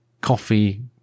coffee